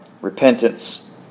repentance